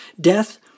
death